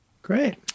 Great